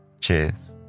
Cheers